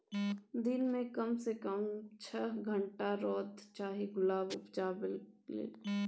दिन मे कम सँ कम छअ घंटाक रौद चाही गुलाब उपजेबाक लेल